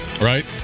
right